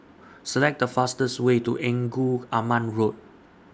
Select The fastest Way to Engku Aman Road